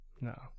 no